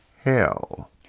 hell